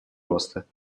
роста